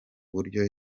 buryo